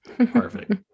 Perfect